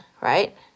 right